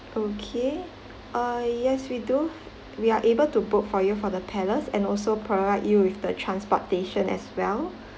okay uh yes we do we are able to book for you for the palace and also provide you with the transportation as well